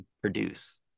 produce